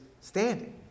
standing